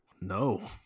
No